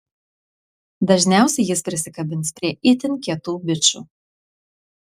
dažniausiai jis prisikabins prie itin kietų bičų